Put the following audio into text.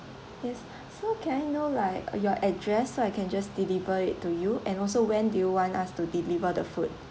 yes so can I know like your address so I can just deliver it to you and also when do you want us to deliver the food